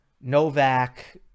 Novak